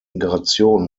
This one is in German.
migration